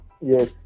Yes